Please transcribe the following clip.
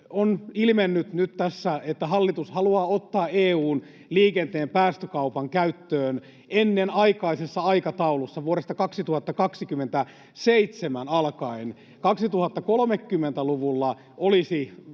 On ilmennyt nyt tässä, että hallitus haluaa ottaa EU:n liikenteen päästökaupan käyttöön ennenaikaisessa aikataulussa, vuodesta 2027 alkaen. 2030-luvulla olisi